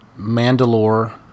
Mandalore